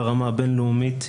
ברמה הבין-לאומית,